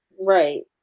right